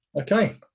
Okay